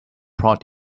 prod